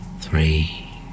three